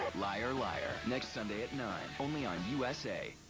liar liar. next sunday at nine. only on usa.